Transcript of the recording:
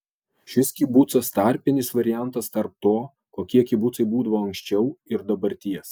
šis kibucas tarpinis variantas tarp to kokie kibucai būdavo anksčiau ir dabarties